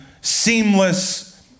seamless